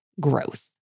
growth